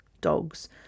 dogs